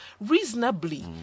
reasonably